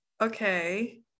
Okay